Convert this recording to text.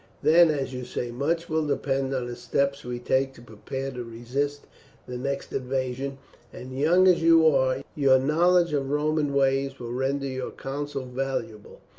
then, as you say, much will depend on the steps we take to prepare to resist the next invasion and young as you are, your knowledge of roman ways will render your counsels valuable,